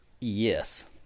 Yes